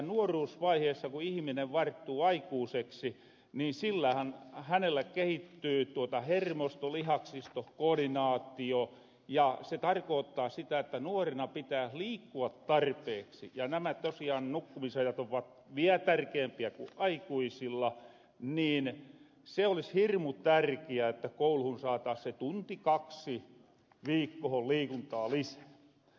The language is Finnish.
nuoruusvaiheessa ku ihminen varttuu aikuuseksi niin hänellä kehittyy hermosto lihaksisto koordinaatio ja se tarkoottaa sitä että nuorena pitäs liikkua tarpeeksi ja tosiaan kun nämä nukkumisajat on vaan vielä tärkeempiä ku aikuisilla niin se olis hirmu tärkiää että kouluhun saatas se tunti kaksi viikkohon liikuntaa lisää